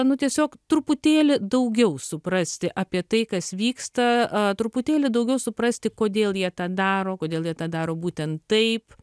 nu tiesiog truputėlį daugiau suprasti apie tai kas vyksta truputėlį daugiau suprasti kodėl jie tą daro kodėl jie tą daro būtent taip